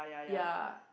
ya